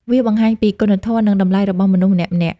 វាបង្ហាញពី គុណធម៌ និងតម្លៃរបស់មនុស្ស ម្នាក់ៗ។